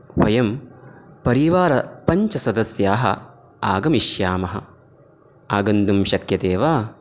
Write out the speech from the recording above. वयं परिवार पञ्च सदस्याः आगमिष्यामः आगन्तुं शक्यते वा